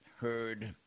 heard